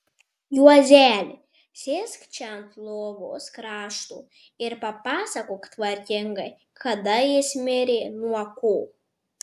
juozeli sėsk čia ant lovos krašto ir papasakok tvarkingai kada jis mirė nuo ko